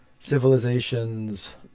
civilizations